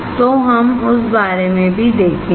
तो हम उस बारे में भी देखेंगे